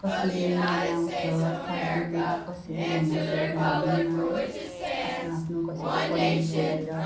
कसैले मनाउँछ सात दिनमा कसैले मनाउँछ एघार दिनमा है आफ्नो आफ्नो कसैले पण्डित बोलाएर